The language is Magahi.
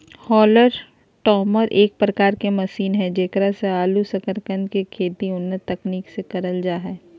हॉलम टॉपर एक प्रकार के मशीन हई जेकरा से आलू और सकरकंद के खेती उन्नत तकनीक से करल जा हई